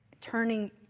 turning